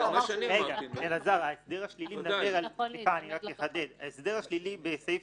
ההסדר השלילי בסעיף